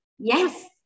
Yes